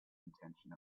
intention